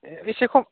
एसे खम